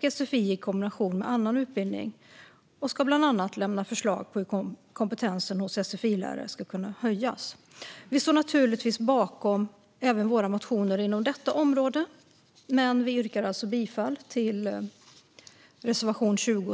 samt sfi i kombination med annan utbildning och ska bland annat lämna förslag på hur kompetensen hos sfi-lärare ska kunna höjas. Vi står naturligtvis bakom våra motioner även inom detta område, men jag yrkar bifall bara till reservation 20.